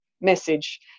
message